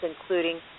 including